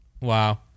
Wow